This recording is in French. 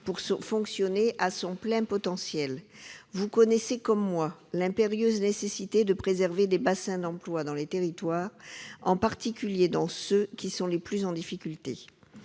le ministre, mes chers collègues, vous connaissez comme moi l'impérieuse nécessité de préserver des bassins d'emploi dans les territoires, en particulier dans ceux qui sont les plus en difficulté.